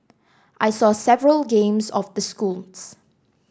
I saw several games of the schools